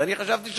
ואני חשבתי,